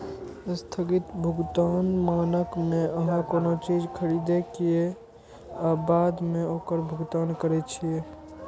स्थगित भुगतान मानक मे अहां कोनो चीज खरीदै छियै आ बाद मे ओकर भुगतान करै छियै